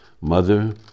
Mother